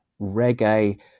reggae